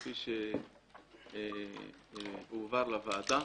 כפי שהועבר לוועדה,